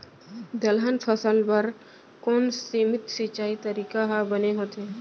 दलहन फसल बर कोन सीमित सिंचाई तरीका ह बने होथे?